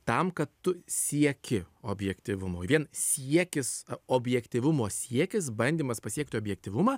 tam kad tu sieki objektyvumo vien siekis objektyvumo siekis bandymas pasiekti objektyvumą